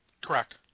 Correct